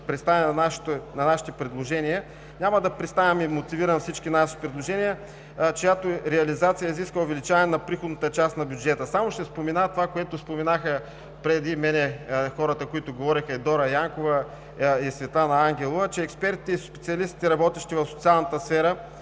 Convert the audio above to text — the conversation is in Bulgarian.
на нашите предложения, няма да представяме и мотивираме всички наши предложения, чиято реализация изисква увеличаване на приходната част на бюджета. Само ще спомена това, което споменаха преди мене хората, които говориха – Дора Янкова и Светлана Ангелова, че експертите и специалистите, работещи в социалната сфера